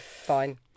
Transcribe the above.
fine